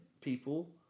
people